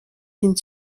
une